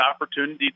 opportunity